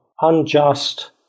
unjust